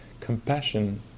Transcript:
compassion